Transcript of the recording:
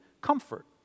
comfort